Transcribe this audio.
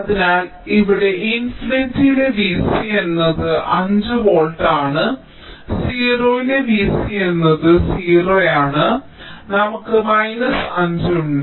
അതിനാൽ ഇവിടെ ഇൻഫിനിറ്റിയിലെ V c എന്നത് 5 വോൾട്ട് ആണ് 0 യിലെ V c എന്നത് 0 ആണ് നമുക്ക് മൈനസ് 5 ഉണ്ട്